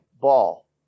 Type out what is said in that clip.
ball